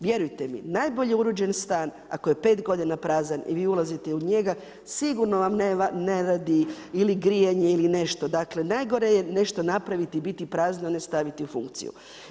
Vjerujte mi, najbolje uređen stan ako je pet godina prazan i vi ulazite u njega, sigurno ne radi ili grijanje ili nešto, dakle najgore je nešto napraviti i biti prazno a ne staviti u funkciju.